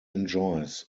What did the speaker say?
enjoys